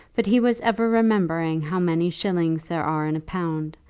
but he was ever remembering how many shillings there are in a pound,